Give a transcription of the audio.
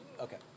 Okay